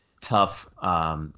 tough